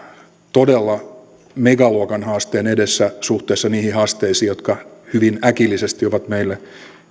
todella megaluokan haasteen edessä suhteessa niihin haasteisiin jotka hyvin äkillisesti ovat meille